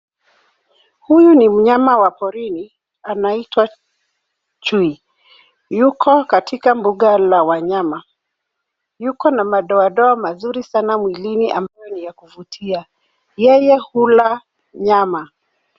Huyu ni mnyama wa porini, anaitwa chui, yuko katika mbuga la wanyama. Yuko na madoadoa mzuri sana mwilini ambayo ni ya kuvutia. Yeye hula nyama.